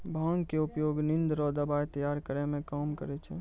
भांगक उपयोग निंद रो दबाइ तैयार करै मे काम करै छै